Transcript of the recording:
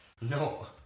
No